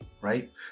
right